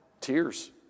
tears